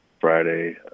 friday